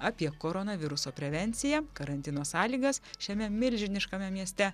apie koronaviruso prevenciją karantino sąlygas šiame milžiniškame mieste